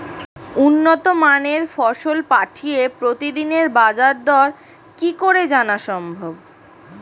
উন্নত মানের ফসল পাঠিয়ে প্রতিদিনের বাজার দর কি করে জানা সম্ভব?